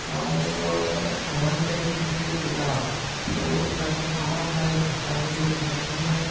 ऐं उहा one ten C C अ जी आहे त उहा ॾाढी आराम दायक मुसाफ़िरी बि कराईंदी आहे